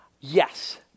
yes